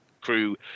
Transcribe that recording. crew